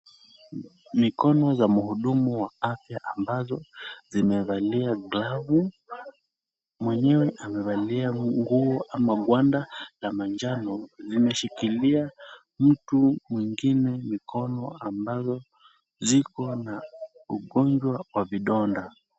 Mikono za mhudumu wa afya ambazo zimevalia glavu. Mwenyewe amevalia nguo ama gwanda la manjano zimeshikilia mtu mwingine mikono ambazo ziko na ugonjwa wa vidonda.